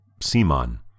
Simon